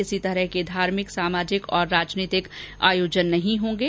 किसी तरह के धार्मिक सामाजिक और राजनीतिक आयोजन नहीं होंगे